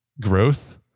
growth